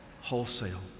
Wholesale